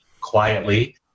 quietly